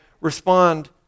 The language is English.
respond